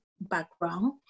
background